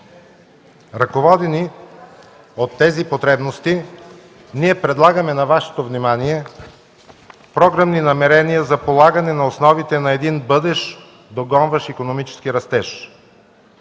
Ръководени от тези потребности ние предлагаме на Вашето внимание програмни намерения за полагане основите на един бъдещ догонващ икономически растеж.